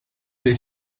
peut